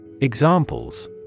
Examples